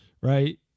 right